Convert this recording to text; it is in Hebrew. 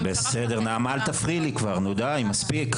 הממשלה שלכם בושה -- בסדר נעמה אל תפריעי לי כבר נו די מספיק,